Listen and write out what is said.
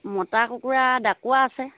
মতা কুকুৰা ডাকুৱা আছে